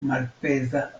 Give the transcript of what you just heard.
malpeza